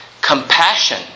Compassion